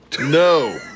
No